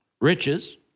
riches